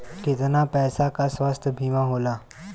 कितना पैसे का स्वास्थ्य बीमा होला?